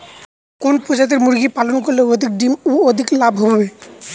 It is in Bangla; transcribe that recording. কোন প্রজাতির মুরগি পালন করলে অধিক ডিম ও অধিক লাভ হবে?